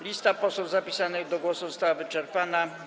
Lista posłów zapisanych do głosu została wyczerpana.